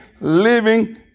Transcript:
living